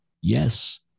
Yes